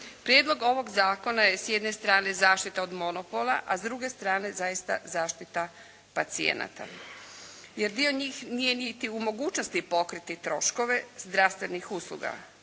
Prijedlog ovog zakona je s jedne strane zaštita od monopola, a s druge strane zaista zaštita pacijenata, jer dio njih nije niti u mogućnosti pokriti troškove zdravstvenih usluga.